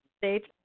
stage